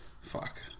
Fuck